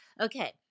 okay